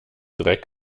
dreck